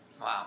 Wow